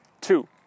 Two